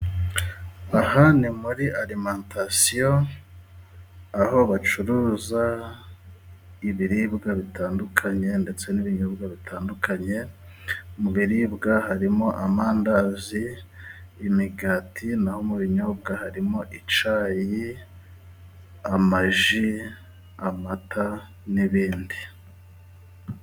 Aha ni muri alimantasiyo aho bacuruza ibiribwa bitandukanye ndetse n'ibinyobwa bitandukanye, mu biribwa harimo amandazi, imigati, n'aho mu binyobwa harimo icyayi, amaji, amata n'ibindi.